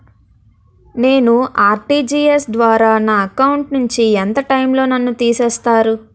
నేను ఆ.ర్టి.జి.ఎస్ ద్వారా నా అకౌంట్ నుంచి ఎంత టైం లో నన్ను తిసేస్తారు?